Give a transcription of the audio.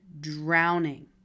drowning